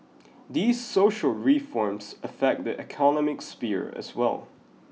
these social reforms affect the economic sphere as well